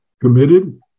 committed